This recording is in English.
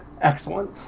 Excellent